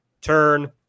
turn